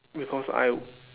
because I